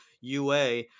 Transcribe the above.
ua